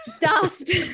Dust